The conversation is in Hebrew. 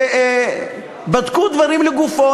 ובדקו דברים לגופם.